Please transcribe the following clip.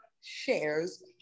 Shares